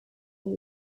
that